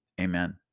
Amen